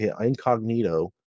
incognito